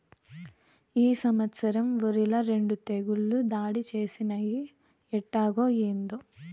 ఈ సంవత్సరం ఒరిల రెండు తెగుళ్ళు దాడి చేసినయ్యి ఎట్టాగో, ఏందో